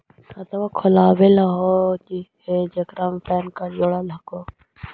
खातवा खोलवैलहो हे जेकरा मे पैन कार्ड जोड़ल हको?